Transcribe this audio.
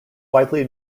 widely